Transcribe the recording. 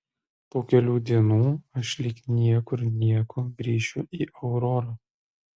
po kelių dienų aš lyg niekur nieko grįšiu į aurorą